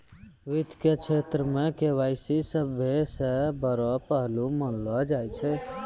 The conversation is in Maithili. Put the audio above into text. वित्त के क्षेत्र मे के.वाई.सी सभ्भे से बड़ो पहलू मानलो जाय छै